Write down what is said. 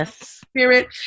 spirit